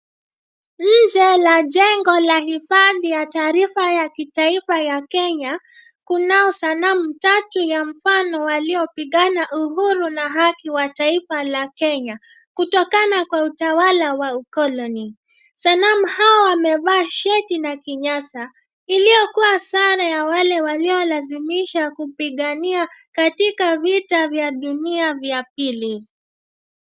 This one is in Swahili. Nje la jengo la hifadhi ya taarifa ya kitaifa ya Kenya. Kunao sanamu tatu ya mfano waliopigana uhuru na haki wa taifa la Kenya, kutokana kwa utawala wa ukoloni. Sanamu hawa wamevaa shati na kinyasa, iliyokuwa sare ya wale waliolazimisha kupigania katika vita vya dunia vya pili.